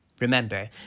Remember